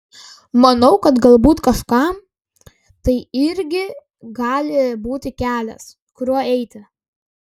manau kad galbūt kažkam tai irgi gali būti kelias kuriuo eiti